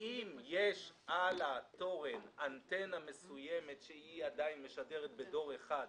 אם יש על התורן אנטנה מסוימת שעדיין משדרת בדור 1,